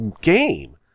game